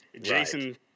Jason